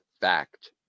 fact